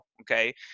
okay